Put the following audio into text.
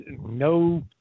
No